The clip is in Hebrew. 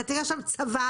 אתה תראה שם צבא,